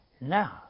Now